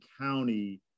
County